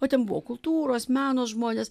o ten buvo kultūros meno žmonės